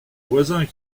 voisins